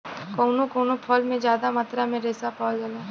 कउनो कउनो फल में जादा मात्रा में रेसा पावल जाला